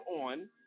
on